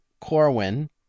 Corwin